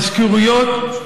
מזכירויות,